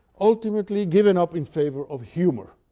ultimately given up in favor of humor.